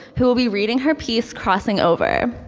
who will be reading her piece, crossing over.